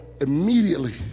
immediately